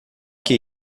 que